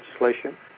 legislation